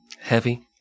Heavy